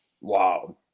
Wow